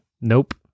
nope